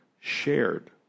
shared